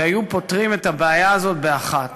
שהיו פותרים את הבעיה הזאת באחת.